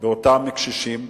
באותם קשישים,